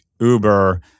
Uber